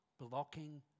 blocking